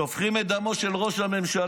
שופכים את דמו של ראש הממשלה,